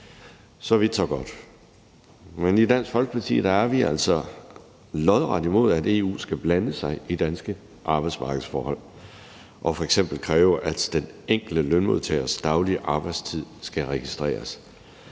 Så vidt, så godt. Men i Dansk Folkeparti er vi altså lodret imod, at EU skal blande sig i danske arbejdsmarkedsforhold og f.eks. kræve, at den enkelte lønmodtagers daglige arbejdstid skal registreres.